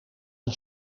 een